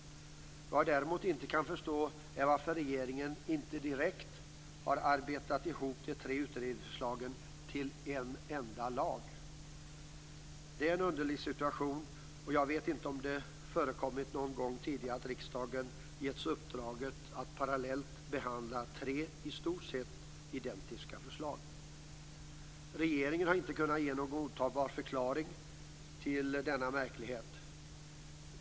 Vad jag däremot inte kan förstå är varför regeringen inte direkt arbetat ihop de tre utredningsförslagen till en enda lag. Det är en underlig situation, och jag vet inte om det förekommit någon gång tidigare att riksdagen getts uppdraget att parallellt behandla tre i stort sett identiska förslag. Regeringen har inte kunnat ge någon godtagbar förklaring till denna märklighet.